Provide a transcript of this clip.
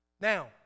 Now